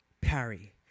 parry